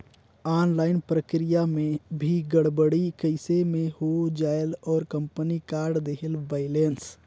Online प्रक्रिया मे भी गड़बड़ी कइसे मे हो जायेल और कंपनी काट देहेल बैलेंस?